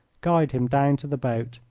guide him down to the boat,